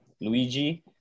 Luigi